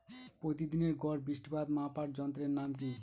প্রতিদিনের গড় বৃষ্টিপাত মাপার যন্ত্রের নাম কি?